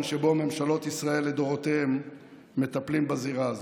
שבו ממשלות ישראל לדורותיהן מטפלות בזירה הזו.